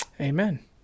Amen